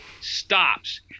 stops